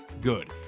good